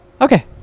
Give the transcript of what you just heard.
Okay